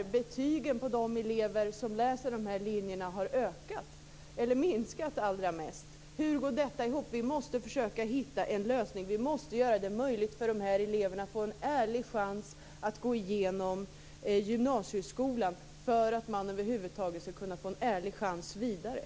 att betygen för de elever som läser de linjerna har minskat allra mest. Hur går detta ihop? Vi måste försöka hitta en lösning och göra det möjligt för de här eleverna att få en ärlig chans att gå igenom gymnasieskolan, om de över huvud taget skall få en ärlig chans att gå vidare.